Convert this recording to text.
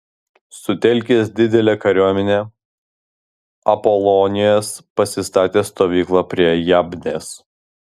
sutelkęs didelę kariuomenę apolonijas pasistatė stovyklą prie jabnės